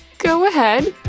go ahead.